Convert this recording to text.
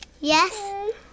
Yes